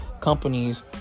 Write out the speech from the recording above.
companies